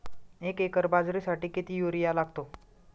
एक एकर बाजरीसाठी किती युरिया लागतो?